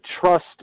trust